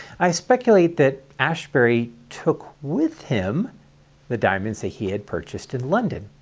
i speculate that asbury took with him the diamonds ah he had purchased in london,